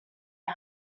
out